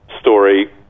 story